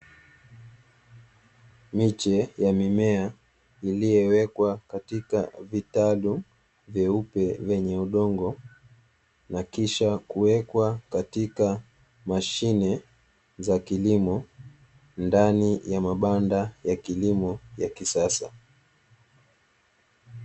Miche ya mimea iliyowekwa katika vitalu vyeupe, vyenye udongo na kisha kuekwa katika mashine za kilimo ndani ya mabanda ya kikimo ya kisasa.